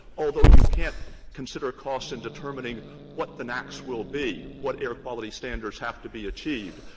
although you can't consider costs in determining what the naaqs will be, what air quality standards have to be achieved,